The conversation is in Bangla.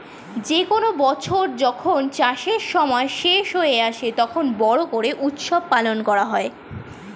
যে কোনো বছর যখন চাষের সময় শেষ হয়ে আসে, তখন বড়ো করে উৎসব পালন করা হয়